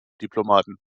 diplomaten